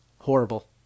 horrible